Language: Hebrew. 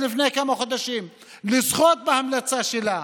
לפני כמה חודשים לזכות בהמלצה שלה,